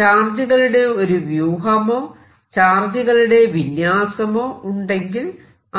ചാർജുകളുടെ ഒരു വ്യൂഹമോ ചാർജുകളുടെ വിന്യാസമോ ഉണ്ടെങ്കിൽ